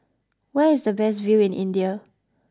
where is the best view in India